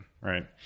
right